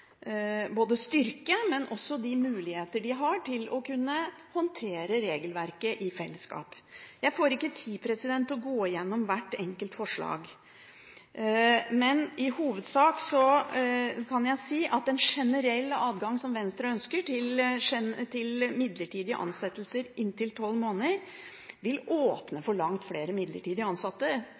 både fagbevegelsens styrke og dens muligheter til å kunne håndtere regelverket i fellesskap. Jeg får ikke tid til å gå igjennom hvert enkelt forslag, men i hovedsak kan jeg si at en generell adgang til midlertidig ansettelser inntil tolv måneder – som Venstre ønsker – vil åpne for langt flere midlertidige ansatte.